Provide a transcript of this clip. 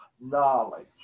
knowledge